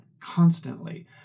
constantly